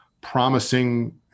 promising